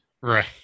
Right